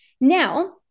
now